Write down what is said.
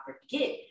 forget